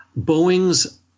Boeing's